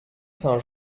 saint